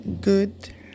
good